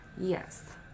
Yes